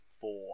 four